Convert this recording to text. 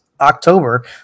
October